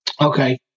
Okay